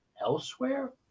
elsewhere